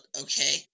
Okay